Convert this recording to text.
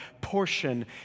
portion